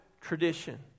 tradition